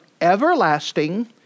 everlasting